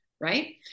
right